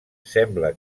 sembla